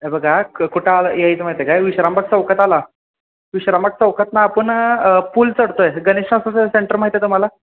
हे बघा कुठं आला यायचं माहिती आहे काय विश्रामबाग चौकात आला विश्रामबाग चौकातून आपण पूल चढतो आहे गनेश नाश्ता सेंटर माहिती आहे तुम्हाला